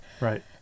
Right